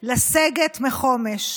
מתכננת לסגת מחומש.